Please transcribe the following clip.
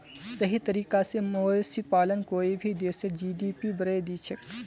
सही तरीका स मवेशी पालन कोई भी देशेर जी.डी.पी बढ़ैं दिछेक